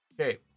okay